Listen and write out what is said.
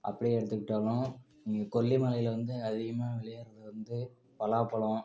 அப்படியே எடுத்துக்கிட்டாலும் இங்கே கொல்லிமலையில் வந்து அதிகமாக விளையுறது வந்து பலாப்பழம்